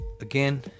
Again